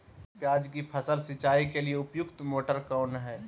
प्याज की फसल सिंचाई के लिए उपयुक्त मोटर कौन है?